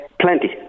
Plenty